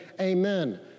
amen